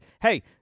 hey